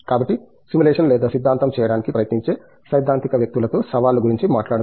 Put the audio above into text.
కాబట్టి సిములేషన్ లేదా సిద్ధాంతం చేయడానికి ప్రయత్నించే సైద్ధాంతిక వ్యక్తులతో సవాళ్ళ గురించి మాట్లాడుదాం